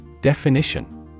Definition